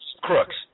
crooks